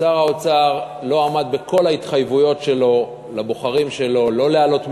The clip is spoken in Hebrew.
שר האוצר לא עמד בכל ההתחייבויות שלו לבוחרים שלו: לא להעלות מסים,